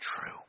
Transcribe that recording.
true